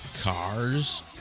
cars